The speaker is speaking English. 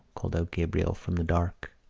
called out gabriel from the dark.